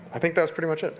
i think that was pretty much